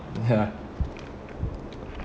ya